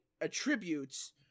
attributes